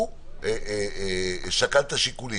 הוא שקל את השיקולים.